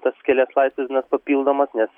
tas kelias laisvas dienas papildomas nes